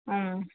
ಹ್ಞೂ